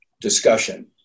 discussion